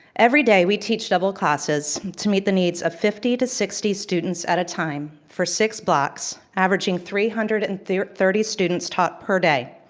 every day, we teach double classes to meet the needs of fifty to sixty students at a time, for six blocks, averaging three hundred and thirty students taught per day.